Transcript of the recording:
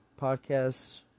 podcasts